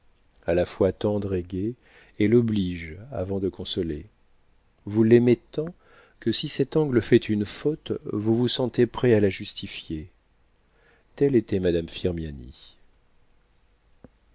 a la fois tendre et gaie elle oblige avant de consoler vous l'aimez tant que si cet ange fait une faute vous vous sentez prêt à la justifier telle était madame firmiani